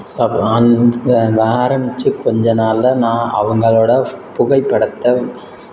so அப்போ அந்த அந்த ஆரமித்த கொஞ்ச நாளில் நான் அவங்களோட புகைப்படத்தை